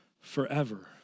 forever